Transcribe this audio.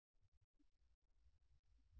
విద్యార్థి మనం A ని కనిపెట్టాలి